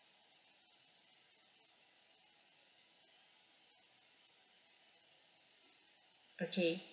okay